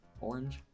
orange